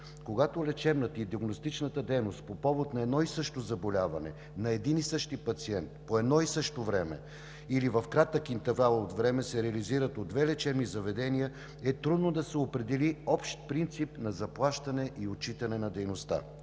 Когато лечебната и диагностичната дейност по повод на едно и също заболяване, на един и същи пациент, по едно и също време или в кратък интервал от време, се реализират в две лечебни заведения, е трудно да се определи общ принцип на заплащане и отчитане на дейността.